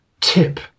tip